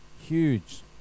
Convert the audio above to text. huge